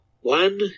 One